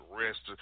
rest